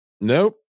Nope